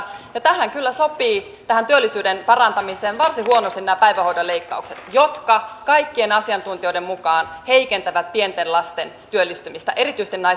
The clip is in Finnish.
ja tähän työllisyyden parantamiseen kyllä sopii varsin huonosti nämä päivähoidon leikkaukset jotka kaikkien asiantuntijoiden mukaan heikentävät pienten lasten vanhempien työllistymistä erityisesti naisten työllistymistä